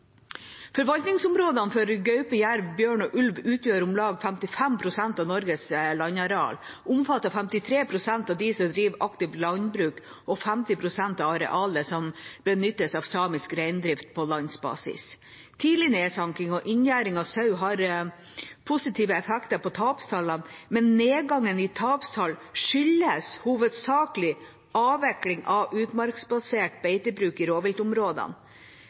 Forvaltningsområdene for gaupe, jerv, bjørn og ulv utgjør om lag 55 pst. av Norges landareal, omfatter 53 pst. av dem som driver aktivt landbruk, og 50 pst. av arealet som benyttes av samisk reindrift på landsbasis. Tidlig nedsanking og inngjerding av sau har positive effekter på tapstallene, men nedgangen i tapstall skyldes hovedsakelig avvikling av utmarksbasert beitebruk i rovviltområdene.